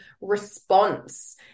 response